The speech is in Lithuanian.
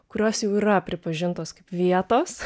kurios jau yra pripažintos kaip vietos